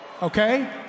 Okay